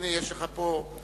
הנה יש לך פה אחד